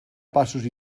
passos